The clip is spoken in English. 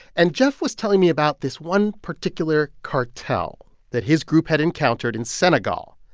and jeff was telling me about this one particular cartel that his group had encountered in senegal,